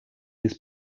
his